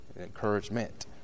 encouragement